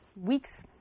week's